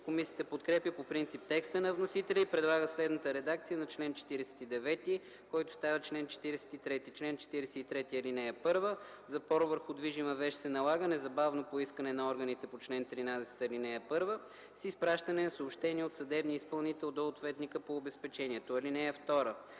Комисията подкрепя по принцип текста на вносителя и предлага следната редакция на чл. 49, който става чл. 43: „Чл. 43. (1) Запор върху движима вещ се налага незабавно по искане на органите по чл. 13, ал. 1 с изпращане на съобщение от съдебния изпълнител до ответника по обезпечението. (2)